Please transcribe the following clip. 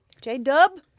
J-Dub